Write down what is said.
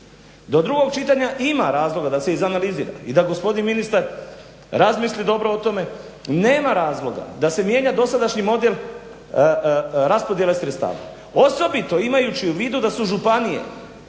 do drugog čitanja ima razloga da se izanalizira i da gospodin ministar razmisli dobro o tome, nema razloga da se mijenja dosadašnji model raspodjele sredstava osobito imajući u vidu da su županije